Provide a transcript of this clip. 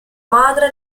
madre